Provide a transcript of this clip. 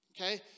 okay